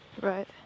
Right